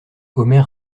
omer